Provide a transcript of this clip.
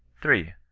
three.